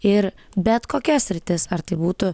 ir bet kokia sritis ar tai būtų